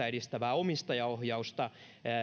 edistävää omistajaohjausta